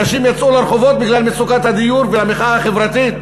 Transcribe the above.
אנשים יצאו לרחובות בגלל מצוקת הדיור והמחאה החברתית.